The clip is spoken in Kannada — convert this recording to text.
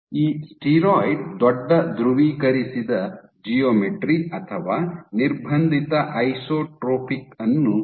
ಈ ಸ್ಟೀರಾಯ್ಡ್ ದೊಡ್ಡ ಧ್ರುವೀಕರಿಸಿದ ಜಿಯೋಮೆಟ್ರಿ ಅಥವಾ ನಿರ್ಬಂಧಿತ ಐಸೊಟ್ರೊಪಿಕ್ ಅನ್ನು ಹೊಂದಿದೆ